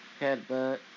Headbutt